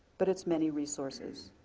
but it's many resources.